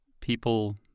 people